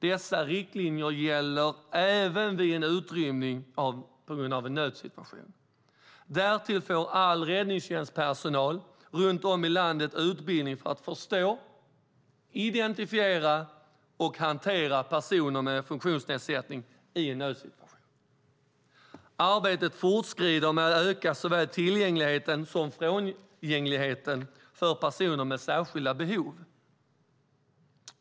Dessa riktlinjer gäller även vid en utrymning på grund av en nödsituation. Därtill får all räddningstjänstpersonal runt om i landet utbildning för att förstå, identifiera och hantera personer med funktionsnedsättning i en nödsituation. Arbetet fortskrider med att öka såväl tillgängligheten som frångängligheten för personer med särskilda behov.